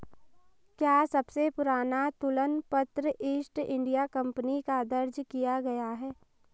क्या सबसे पुराना तुलन पत्र ईस्ट इंडिया कंपनी का दर्ज किया गया है?